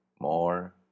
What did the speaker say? more